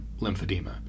lymphedema